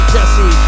Jesse